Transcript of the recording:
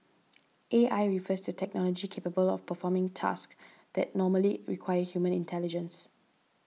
A I refers to technology capable of performing tasks that normally require human intelligence